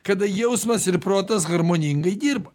kada jausmas ir protas harmoningai dirba